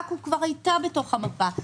עכו כבר הייתה בתוך המפה.